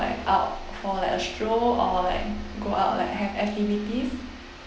out for like a stroll or like go out like have activities